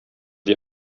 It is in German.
die